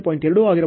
2 ಆಗಿರಬಹುದು